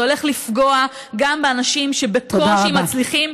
זה הולך לפגוע גם באנשים שבקושי מצליחים,